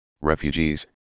refugees